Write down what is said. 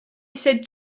said